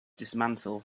dismantle